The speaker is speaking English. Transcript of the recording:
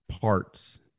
parts